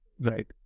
Right